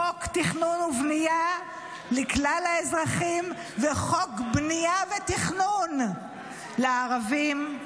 חוק תכנון ובנייה לכלל האזרחים וחוק בנייה ותכנון לערבים.